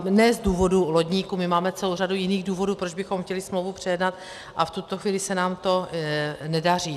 Ne z důvodu lodníků, my máme celou řadu jiných důvodů, proč bychom chtěli smlouvu přejednat, a v tuto chvíli se nám to nedaří.